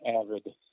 avid